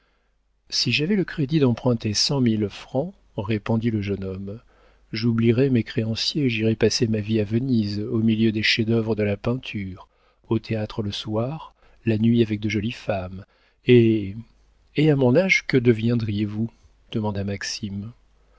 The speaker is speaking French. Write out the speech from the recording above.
si j'avais le crédit d'emprunter cent mille francs répondit le jeune homme j'oublierais mes créanciers et j'irais passer ma vie à venise au milieu des chefs-d'œuvre de la peinture au théâtre le soir la nuit avec de jolies femmes et et à mon âge que deviendriez-vous demanda maxime